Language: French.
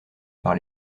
par